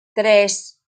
tres